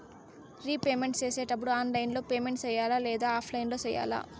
repayment సేసేటప్పుడు online లో payment సేయాలా లేదా ఆఫ్లైన్ లో సేయాలా